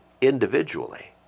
individually